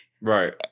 Right